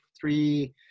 three